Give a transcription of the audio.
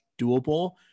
doable